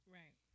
right